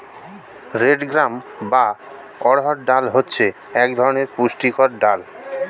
red gram বা অড়হর ডাল হচ্ছে এক ধরনের পুষ্টিকর ডাল